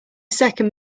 second